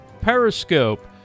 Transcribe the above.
Periscope